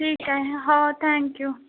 ठीक आहे हो थँक यू